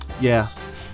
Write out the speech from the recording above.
yes